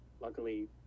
Luckily